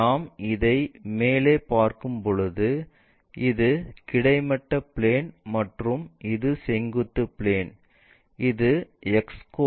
நாம் இதை மேலே பார்க்கும்போது இது கிடைமட்ட பிளேன் மற்றும் இது செங்குத்து பிளேன் இது X கோடு Y கோடு